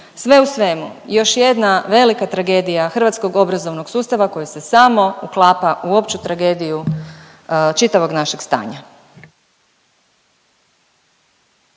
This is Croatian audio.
Sve u svemu još jedna velika tragedija hrvatskog obrazovnog sustava koji se samo uklapa u opću tragediju čitavog našeg stanja.